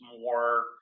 more